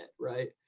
right